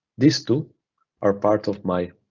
these two are part of my